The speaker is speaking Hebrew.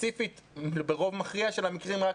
ספציפית ברוב מכריע של המקרים רק